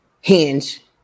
Hinge